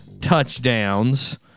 touchdowns